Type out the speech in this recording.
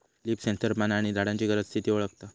leaf sensor पाना आणि झाडांची गरज, स्थिती वळखता